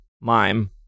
Mime